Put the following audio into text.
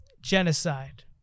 genocide